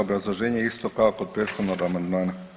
Obrazloženje je isto kao i kod prethodnog amandmana.